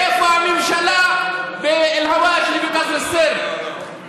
איפה הממשלה באל-הדאג', בקסר א-סר?